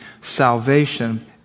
Salvation